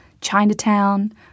Chinatown